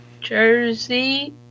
Jersey